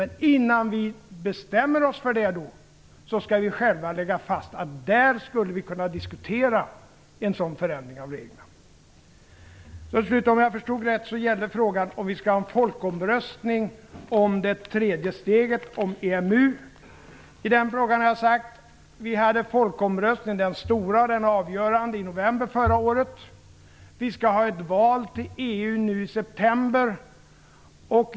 Men innan vi bestämmer oss för det skall vi själva lägga fast att där skulle vi kunna diskutera en sådan förändring av reglerna. Om jag förstod det rätt gällde frågan dessutom om vi skall ha en folkomröstning om det tredje steget, EMU. Vi hade den stora avgörande folkomröstningen i november förra året, och vi skall ha ett val till EU nu i september.